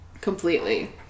Completely